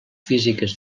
físiques